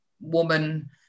woman